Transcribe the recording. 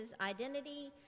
identity